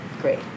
great